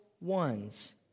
ones